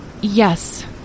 Yes